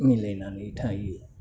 मिलायनानै थायो